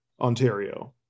Ontario